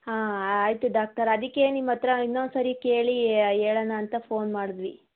ಹಾಂ ಆಯಿತು ಡಾಕ್ಟರ್ ಅದಕ್ಕೆ ನಿಮ್ಮ ಹತ್ತಿರ ಇನ್ನೊಂದು ಸಾರಿ ಕೇಳಿ ಹೇಳಣ ಅಂತ ಫೋನ್ ಮಾಡಿದ್ವಿ